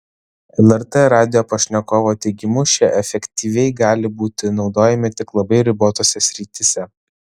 lrt radijo pašnekovo teigimu šie efektyviai gali būti naudojami tik labai ribotose srityse